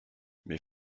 mais